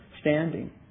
standing